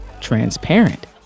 transparent